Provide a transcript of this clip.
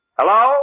Hello